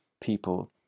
people